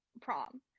prom